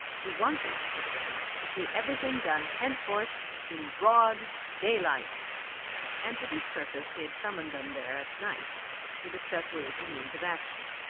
he wanted, he said, to see everything done henceforth in broad daylight and for this purpose he had summoned them there at night to discuss ways and means of action.